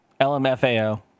LMFao